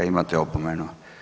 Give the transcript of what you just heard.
Imate opomenu.